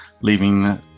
leaving